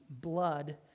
blood